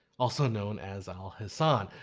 also known as alhazen.